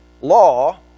law